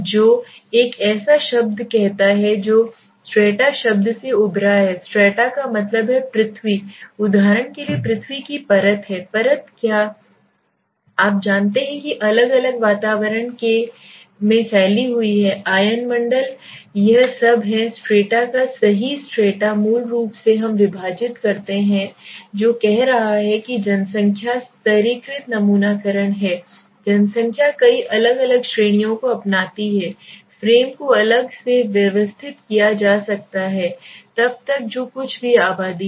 जो एक ऐसा शब्द कहता है जो स्ट्रेटा शब्द से उभरा है स्ट्रेटा का मतलब है पृथ्वी उदाहरण के लिए पृथ्वी की परत है परत क्या आप जानते हैं कि अलग अलग वातावरण के वातावरण में फैले हुए हैं आयनमंडल यह सब हैं स्ट्रैटा का सही स्ट्रैटा मूल रूप से हम विभाजित करते हैं जो कह रहा है कि जनसंख्या स्तरीकृत नमूनाकरण है जनसंख्या कई अलग अलग श्रेणियों को अपनाती है फ्रेम को अलग से व्यवस्थित किया जा सकता है तब तक जो कुछ भी आबादी है